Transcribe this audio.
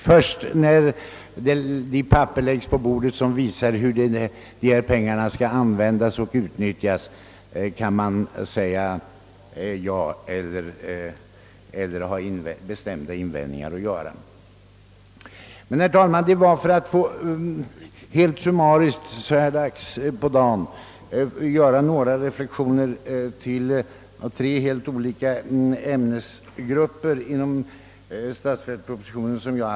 Först när de papper läggs på bordet som visar hur pengarna skall användas och utnyttjas kan man ta ställning till det hela. Jag begärde ordet för att helt summariskt så här dags i debatten göra några reflexioner beträffande tre helt olika ämnesgrupper inom statsverkspropositionen.